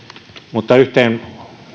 mutta yhteen